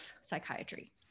psychiatry